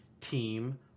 team